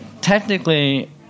technically